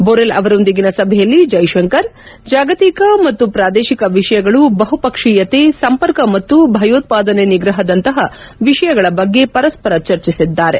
Borrell ಅವರೊಂದಿಗಿನ ಸಭೆಯಲ್ಲಿ ಜೈಶಂಕರ್ ಜಾಗತಿಕ ಮತ್ತು ಪ್ರಾದೇಶಿಕ ವಿಷಯಗಳು ಬಹುಪಕ್ಷೀಯತೆ ಸಂಪರ್ಕ ಮತ್ತು ಭಯೋತ್ವಾದನೆ ನಿಗ್ರಹದಂತ ವಿಷಯಗಳ ಬಗ್ಗೆ ಪರಸ್ಪರ ಚರ್ಚಿಸಿದ್ದಾರೆ